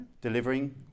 delivering